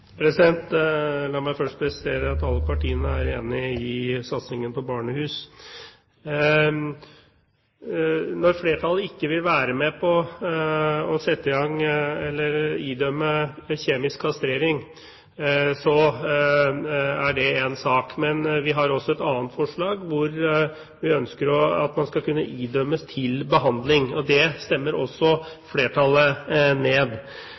La meg først presisere at alle partiene er enig i satsingen på barnehus. Når flertallet ikke vil være med på å sette i gang eller idømme kjemisk kastrering, er det én sak. Men vi har også et annet forslag, hvor vi ønsker at man skal kunne idømmes behandling. Det stemmer også flertallet ned,